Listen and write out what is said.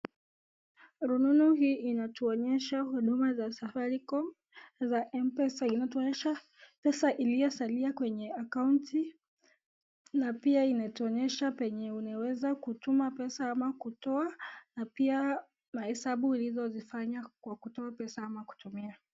Rununu hii inatuonyesha huduma za [Safaricom] za M-pesa. Inatuonyesha pesa zilizosalia kwenye akaunti na pia inatuonyesha mahali ambapo unaweza kutuma pesa au kuzitoa na pia hesabu hesabu ulizozifanya kwa kutoa pesa au kuzitumia.